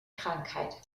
krankheit